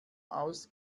aus